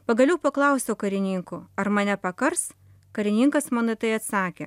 pagaliau paklausiau karininko ar mane pakars karininkas man į tai atsakė